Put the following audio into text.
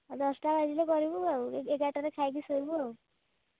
ଦଶଟା ବାଜିଲେ କରିବୁ ଆଉ ଏ ଏଗାରଟାରେ ଖାଇକି ଶୋଇବୁ ଆଉ